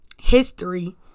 history